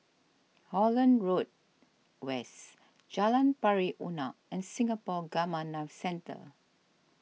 Holland Road West Jalan Pari Unak and Singapore Gamma Knife Centre